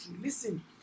Listen